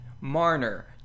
Marner